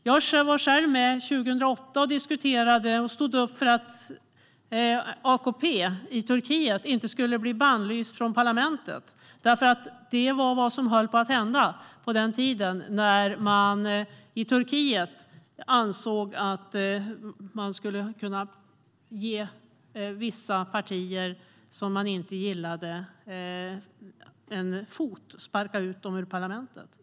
Jag var själv med 2008 och diskuterade och stod upp för att AKP i Turkiet inte skulle bli bannlyst från parlamentet. Det var nämligen det som höll på att hända på den tiden då man i Turkiet ansåg att man skulle kunna sparka ut de partier som man inte gillade ur parlamentet.